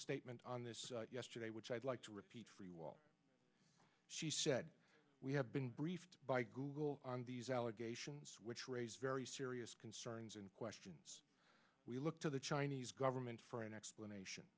statement on this yesterday which i'd like to repeat for a while she said we have been briefed by google on these allegations which raise very serious concerns and questions we look to the chinese government for an explanation